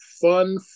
fun